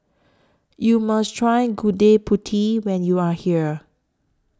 YOU must Try Gudeg Putih when YOU Are here